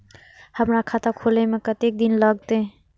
हमर खाता खोले में कतेक दिन लगते?